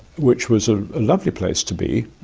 which was a lovely place to be.